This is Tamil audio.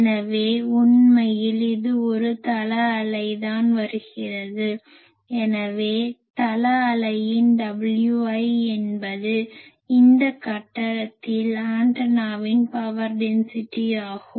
எனவே உண்மையில் இது ஒரு தள அலை தான் வருகிறது எனவே தள அலையின் Wi என்பது இந்த கட்டத்தில் ஆண்டனாவின் பவர் டென்சிட்டி ஆகும்